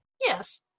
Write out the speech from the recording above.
Yes